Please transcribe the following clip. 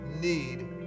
need